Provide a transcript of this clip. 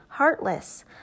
Heartless